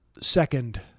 Second